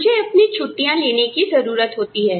मुझे अपनी छुट्टियाँ लेने की जरूरत होती है